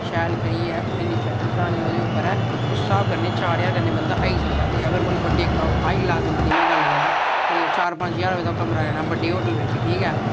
शैल करियै इन्नी चढ़तन चढ़ानी होऐ ओह्दे पर उस स्हाब कन्नै चार ज्हार कन्नै बंदा आई सकदा बड्डे हाई क्लास बंदे दी में गल्ल करां ते चार पंज ज्हार रपे दा कमरा लेना बड्डे होटल बिच ठीक ऐ